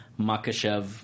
Makashev